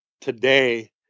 Today